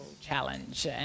challenge